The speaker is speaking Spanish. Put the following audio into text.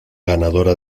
ganadora